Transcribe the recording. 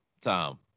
Tom